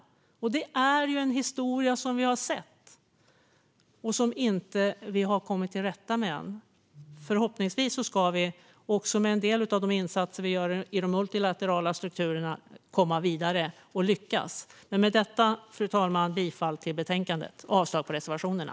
Det är en historia som vi har sett och som vi inte har kommit till rätta med än. Förhoppningsvis ska vi, också som en del av de insatser som vi gör i de multilaterala strukturerna, komma vidare och lyckas. Med detta, fru talman, yrkar jag bifall till utskottets förslag i betänkandet och avslag på reservationerna.